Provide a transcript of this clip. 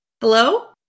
Hello